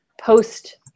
post